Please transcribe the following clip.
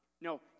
No